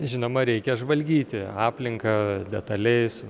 žinoma reikia žvalgyti aplinką detaliai su